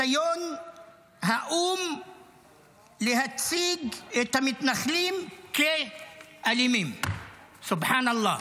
ניסיון האו"ם להציג את המתנחלים כאלימים (אומר בערבית: השבח לאל.